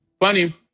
Funny